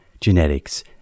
genetics